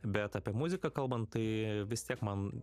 bet apie muziką kalbant tai vis tiek man